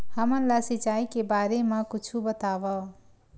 हमन ला सिंचाई के बारे मा कुछु बतावव?